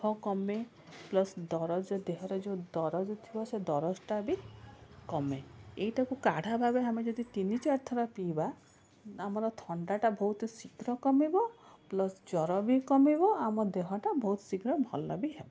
କଫ କମେ ପ୍ଲସ୍ ଦରଜ ଦେହର ଯେଉଁ ଦରଜ ଥିବ ସେ ଦରଜଟା ବି କମେ ଏଇଟାକୁ କାଢ଼ା ଭାବେ ଆମେ ଯଦି ତିନ ଚାରିଥର ପିଇବା ଆମର ଥଣ୍ଡାଟା ବହୁତ ଶୀଘ୍ର କମିବ ପ୍ଲସ୍ ଜ୍ୱର ବି କରିବ ଆମ ଦେହଟା ବହୁତ ଶୀଘ୍ର ଭଲ ବି ହେବ